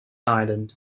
island